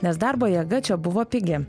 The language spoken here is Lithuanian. nes darbo jėga čia buvo pigi